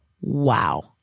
Wow